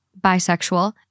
bisexual